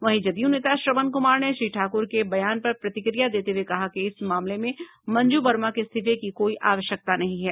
वहीं जदयू नेता श्रवण कुमार ने श्री ठाकुर के बयान पर प्रतिक्रिया देते हुये कहा कि इस मामले में मंजू वर्मा के इस्तीफे की कोई आवश्यकता नहीं है